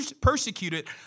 persecuted